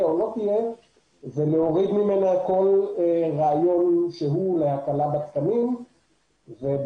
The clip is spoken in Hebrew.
או לא תהיה ולהוריד ממנה כל רעיון שהוא להקלה בתקנים ובמקום